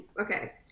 Okay